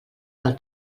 del